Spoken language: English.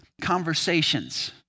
conversations